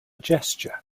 gesture